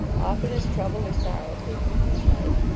often as trouble or sorrow came into his life,